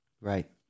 Right